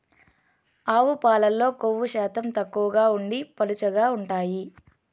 ఆవు పాలల్లో కొవ్వు శాతం తక్కువగా ఉండి పలుచగా ఉంటాయి